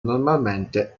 normalmente